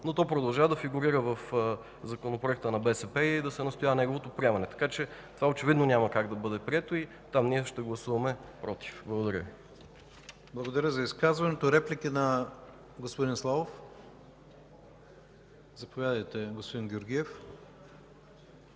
но то продължава да фигурира в Законопроекта на БСП и да се настоява за неговото приемане. Това очевидно няма как да бъде прието и там ние ще гласуваме „против”. Благодаря Ви. ПРЕДСЕДАТЕЛ ИВАН К. ИВАНОВ: Благодаря да изказването. Реплики на господин Славов? Заповядайте, господин Георгиев.